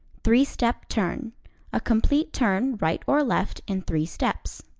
three-step turn a complete turn, right or left, in three steps.